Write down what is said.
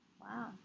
wow